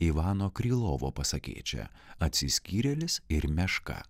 ivano krylovo pasakėčia atsiskyrėlis ir meška